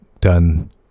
done